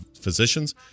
physicians